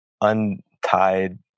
untied